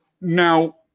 Now